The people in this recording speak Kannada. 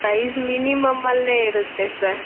ಪ್ರೈಸ್ ಮಿನಿಮಮ್ಮಲ್ಲೇ ಇರುತ್ತೆ ಸರ್